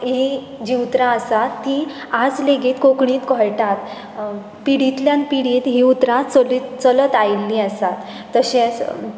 हीं जीं उतरां आसात तीं आज लेगीत कोंकणींत घोळटात पिडींतल्यान पिडींत हीं उतरां चलीत चलत आयिल्लीं आसात